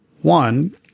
One